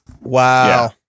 Wow